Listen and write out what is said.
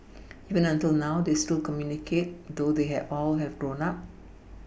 even until now they still communicate though they have grown up